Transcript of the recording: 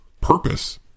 purpose